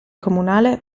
comunale